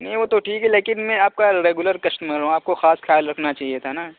نہیں وہ تو ٹھیک ہے لیکن میں آپ کا ریگولر کسٹمر ہوں آپ کو خاص خیال رکھنا چاہیے تھا نا